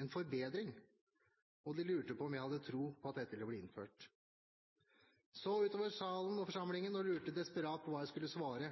en forbedring, og de lurte på om jeg hadde tro på at dette ville bli innført. Jeg så utover salen og forsamlingen og lurte desperat på hva jeg skulle svare.